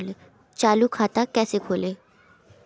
चालू खाता कैसे खोलें?